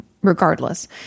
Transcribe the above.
Regardless